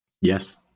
Yes